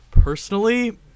Personally